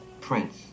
prince